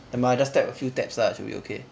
never mind just tap a few taps lah should be okay